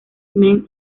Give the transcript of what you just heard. men